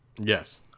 Yes